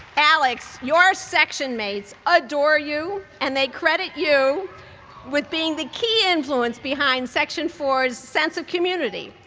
alex, your section mates adore you and they credit you with being the key influence behind section four's sense of community,